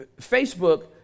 Facebook